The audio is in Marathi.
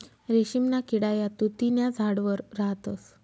रेशीमना किडा या तुति न्या झाडवर राहतस